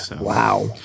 Wow